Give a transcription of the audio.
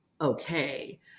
okay